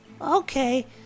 okay